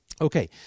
Okay